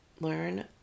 learn